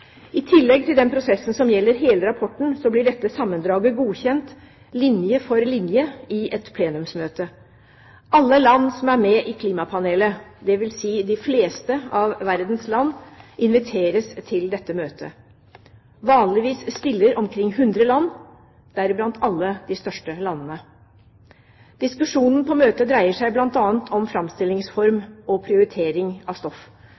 I tillegg til den prosessen som gjelder hele rapporten, blir dette sammendraget godkjent linje for linje i et plenumsmøte. Alle land som er med i klimapanelet – dvs. de fleste av verdens land – inviteres til dette møtet. Vanligvis stiller omkring 100 land, deriblant alle de største landene. Diskusjonen på møtet dreier seg bl.a. om framstillingsform og prioritering av stoff.